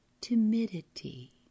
timidity